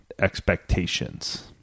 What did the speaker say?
expectations